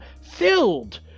filled